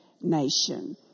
nation